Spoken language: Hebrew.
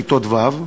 כיתות ו',